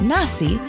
Nasi